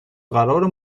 قرار